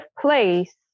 place